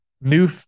new